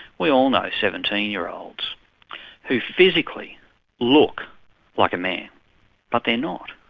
we all know seventeen year olds who physically look like a man but they're not,